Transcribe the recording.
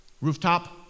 Rooftop